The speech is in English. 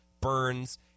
Burns